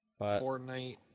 Fortnite